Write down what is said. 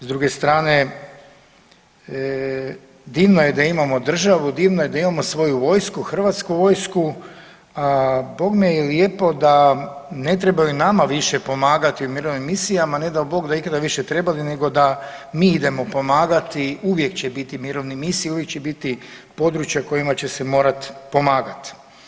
S druge strane, divno je da imamo državu, divno je da imamo svoju vojsku, Hrvatsku vojsku, a bogme je lijepo da ne trebaju nama više pomagati u mirovnim misijama, ne dao Bog da ikada više trebali nego da mi idemo pomagati, uvijek će biti mirovnih misija, uvijek će biti područja u kojima će se morat pomagat.